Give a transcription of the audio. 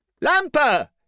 Lamper